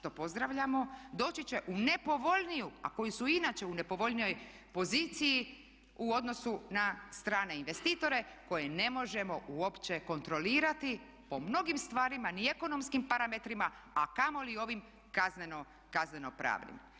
Doći će u nepovoljniju, a koji su i inače u nepovoljnijoj poziciji u odnosu na strane investitore koje ne možemo uopće kontrolirati po mnogim stvarima ni ekonomskim parametrima, a kamoli ovim kazneno-pravnim.